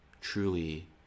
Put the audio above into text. truly